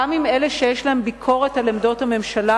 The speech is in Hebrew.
גם עם אלה שיש להם ביקורת על עמדות הממשלה.